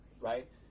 right